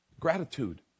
Gratitude